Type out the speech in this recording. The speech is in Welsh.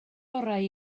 orau